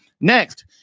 Next